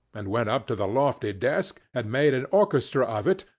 and went up to the lofty desk, and made an orchestra of it,